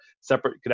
separate